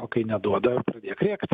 o kai neduoda pradėk rėkt